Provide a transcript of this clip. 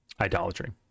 idolatry